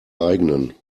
eigenen